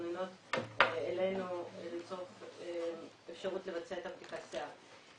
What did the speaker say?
המתלוננות אלינו לצורך אפשרות לבצע את בדיקת השיער.